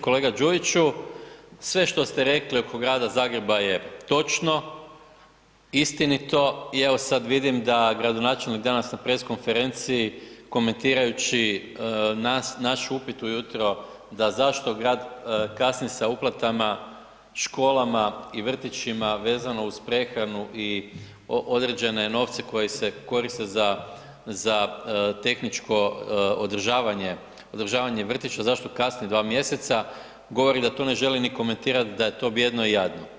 Kolega Đujiću, sve što ste rekli oko grada Zagreba je točno, istinito i evo sad vidim da gradonačelnik danas na press konferenciji komentirajući naš upit ujutro da zašto grad kasni sa uplatama školama i vrtićima vezano uz prehranu i određene novce koji se koriste za tehničko održavanje vrtića, zašto kasni 2 mj., govori da to ne želi ni komentirati, da je to bijedno i jadno.